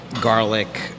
garlic